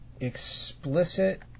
explicit